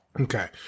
okay